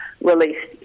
released